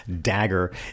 dagger